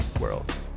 world